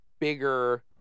bigger